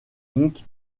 inc